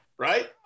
Right